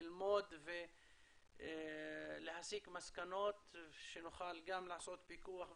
ללמוד ולהסיק מסקנות שנוכל גם לעשות פיקוח ובקרה,